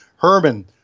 Herman